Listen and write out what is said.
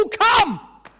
come